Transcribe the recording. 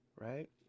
Right